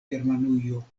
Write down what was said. germanujo